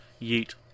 Yeet